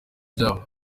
byabo